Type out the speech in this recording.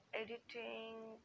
editing